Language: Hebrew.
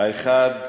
האחד,